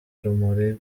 urumuri